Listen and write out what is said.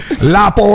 La